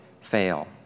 fail